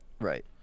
Right